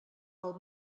pel